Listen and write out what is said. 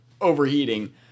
overheating